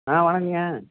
ஆ வணக்கங்க